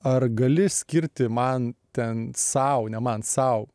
ar gali skirti man ten sau ne man sau